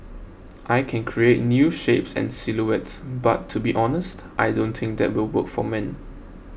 I can create new shapes and silhouettes but to be honest I don't think that will work for men